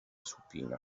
supina